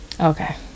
Okay